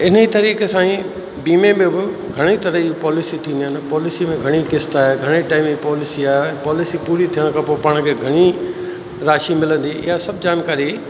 इने ई तरीक़े सां ई बीमे में बि घणई तरह जी पॉलिसी थींदियूं आहिनि पॉलिसी में घणी किस्त आहे घणे टाइम जी पॉलिसी आहे पॉलिसी पूरी थियण खां पोइ पाण खे घणी राशी मिलंदी इहा सभु जानकारी